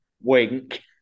wink